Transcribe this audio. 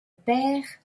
père